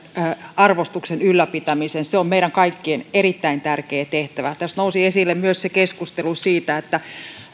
arvostuksen ylläpitämisen se on meidän kaikkien erittäin tärkeä tehtävä tästä nousi esille myös keskustelu siitä että